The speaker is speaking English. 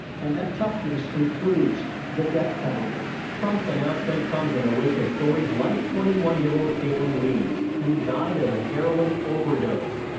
and that toughness includes the death penalty. reporter trump's announcement comes in the wake of stories like twenty one year old kaylin weans, who died of a heroin overdose.